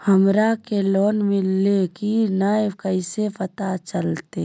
हमरा के लोन मिल्ले की न कैसे पता चलते?